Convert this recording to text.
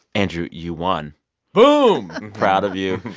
andrew, you won boom i'm proud of you.